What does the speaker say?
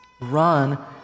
run